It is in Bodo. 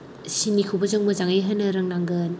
सिनिखौबो जों मोजाङै होनो रोंनांगोन